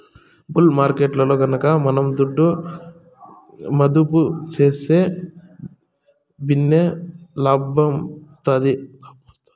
bull మార్కెట్టులో గనక మనం దుడ్డు మదుపు సేస్తే భిన్నే లాబ్మొస్తాది